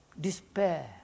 despair